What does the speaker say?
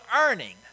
earning